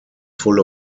full